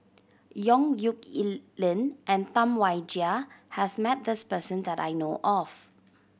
Yong Nyuk Lin and Tam Wai Jia has met this person that I know of